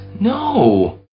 No